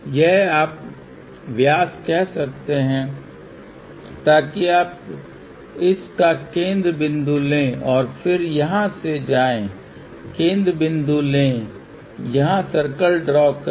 यह आप व्यास कह सकते हैं ताकि आप इस का केंद्र बिंदु लें और फिर यहां से जाएं केंद्र बिंदु लें और यहाँ सर्कल ड्रा करें